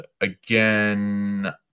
again